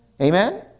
Amen